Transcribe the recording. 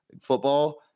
football